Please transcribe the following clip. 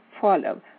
follow